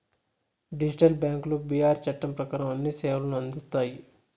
digital బ్యాంకులు BR చట్టం ప్రకారం అన్ని సేవలను అందిస్తాయి